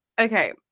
okay